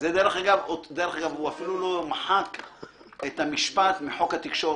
אני לא מתווכח עם הנתון הזה,